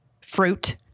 fruit